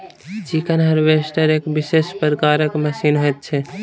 chicken harvester एक विशेष प्रकारक मशीन होइत छै